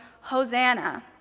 Hosanna